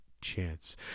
chance